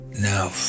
now